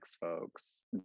folks